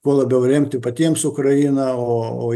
kuo labiau remti patiems ukrainą o